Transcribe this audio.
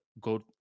go